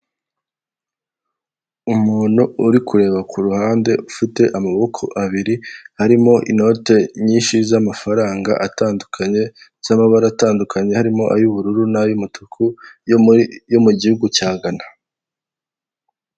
Umuntu uri kureba ku ruhande ufite amaboko abiri harimo inote nyinshi z'amafaranga atandukanye, z'amabara atandukanye, harimo ay'ubururu n'ay'umutuku, yo mu gihugu cya ghana.